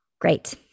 Great